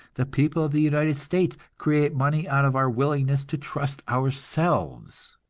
the people of the united states, create money out of our willingness to trust ourselves.